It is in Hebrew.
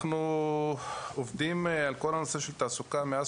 אנחנו עובדים על כל הנושא של תעסוקה מאז